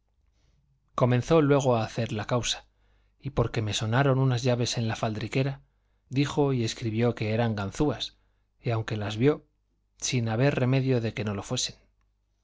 comenzó luego a hacer la causa y porque me sonaron unas llaves en la faldriquera dijo y escribió que eran ganzúas y aunque las vio sin haber remedio de que no lo fuesen